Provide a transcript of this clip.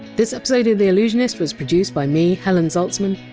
this episode of the allusionist was produced by me, helen zaltzman.